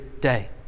day